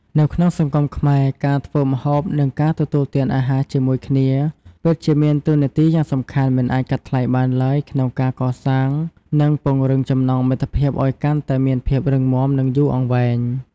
នៅក្នុងសង្គមខ្មែរ ការធ្វើម្ហូបនិងការទទួលទានអាហារជាមួយគ្នាពិតជាមានតួនាទីយ៉ាងសំខាន់មិនអាចកាត់ថ្លៃបានឡើយក្នុងការកសាង និងពង្រឹងចំណងមិត្តភាពឲ្យកាន់តែមានភាពរឹងមាំនិងយូរអង្វែង។